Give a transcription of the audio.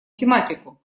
тематику